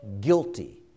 guilty